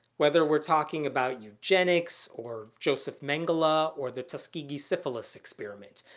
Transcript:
whether we're talking about eugenics or josef mengele or the tuskegee syphilis experiment.